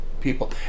people